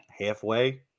halfway